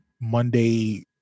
Monday